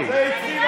זה הראש שלי,